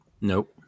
Nope